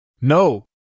No